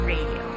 Radio